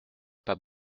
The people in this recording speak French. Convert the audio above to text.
pas